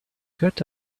got